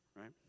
Right